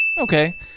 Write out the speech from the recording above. Okay